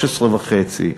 13 וחצי.